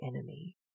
enemy